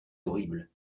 horrible